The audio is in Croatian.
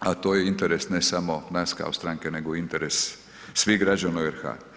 a to je interes ne samo nas kao stranke nego i interes svih građana u RH.